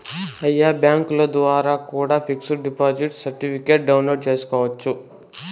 ఆయా బ్యాంకుల ద్వారా కూడా పిక్స్ డిపాజిట్ సర్టిఫికెట్ను డౌన్లోడ్ చేసుకోవచ్చు